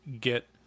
get